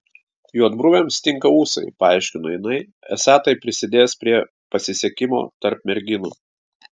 juodbruviams tinka ūsai paaiškino jinai esą tai prisidės prie pasisekimo tarp merginų